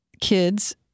kids